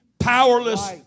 Powerless